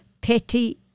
petty